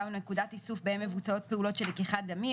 או נקודת איסוף בהם מבוצעות פעולות של לקיחת דמים,